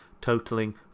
totaling